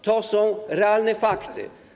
To są realne fakty.